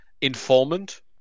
informant